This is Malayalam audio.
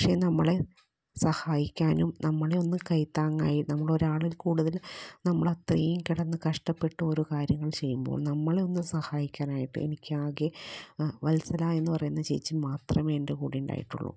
പക്ഷേ നമ്മളെ സഹായിക്കാനും നമ്മളെയൊന്ന് കൈത്താങ്ങായി നമ്മളെ ഒരാളിൽ കൂടുതൽ നമ്മളത്രേം കിടന്ന് കഷ്ടപ്പെട്ട് ഓരോ കാര്യങ്ങൾ ചെയ്യുമ്പോൾ നമ്മളെയൊന്ന് സഹായിക്കാനായിട്ട് എനിക്കാകെ വത്സല എന്ന് പറയുന്ന ചേച്ചി മാത്രമേ എൻ്റെ കൂടെ ഉണ്ടായിട്ടുള്ളു